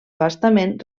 bastament